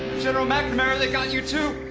general mcnamara, they got you too!